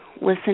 listen